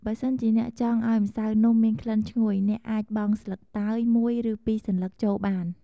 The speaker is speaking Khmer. បើសិនជាអ្នកចង់ ឱ្យម្សៅនំមានក្លិនឈ្ងុយ អ្នកអាចបង់ស្លឹក តើយ មួយ ឬពីរសន្លឹកចូលបាន។